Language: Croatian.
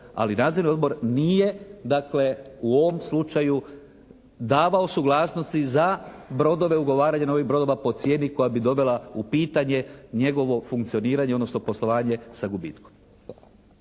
ali Nadzorni odbor nije dakle u ovom slučaju davao suglasnosti za brodove, ugovaranje novih brodova po cijeni koja bi dovela u pitanje njegovo funkcioniranje, odnosno poslovanje sa gubitkom.